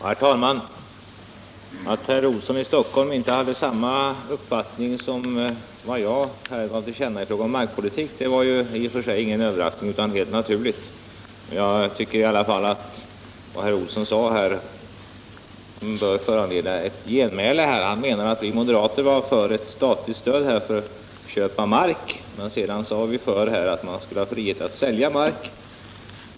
Herr talman! Att herr Olsson i Stockholm inte har samma uppfattning som jag gav till känna i fråga om markpolitik är i och för sig ingen överraskning utan är helt naturligt. Jag tycker i alla fall att herr Olssons yttrande bör föranleda ett genmäle. Herr Olsson menar att vi moderater är för ett statligt stöd till köp av mark men att vi också är för att man skall ha frihet att sälja mark.